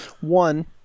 One